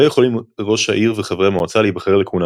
לא יכולים ראש העיר וחברי המועצה להיבחר לכהונה